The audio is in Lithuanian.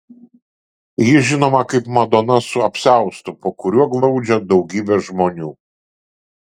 ji žinoma kaip madona su apsiaustu po kuriuo glaudžia daugybę žmonių